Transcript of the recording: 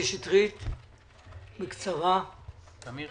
קודם כל,